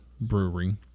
brewery